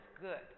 good